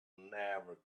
never